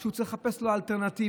הוא צריך לחפש אלטרנטיבות,